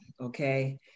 okay